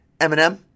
Eminem